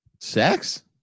sex